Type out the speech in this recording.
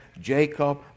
Jacob